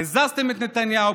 הזזתם את נתניהו,